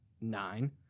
nine